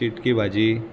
चिटकी भाजी